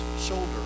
shoulder